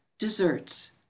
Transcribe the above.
Desserts